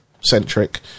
centric